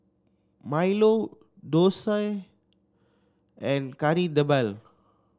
milo dosa and Kari Debal